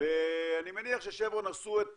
ואני מניח ששברון עשו את